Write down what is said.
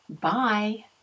Bye